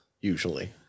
Usually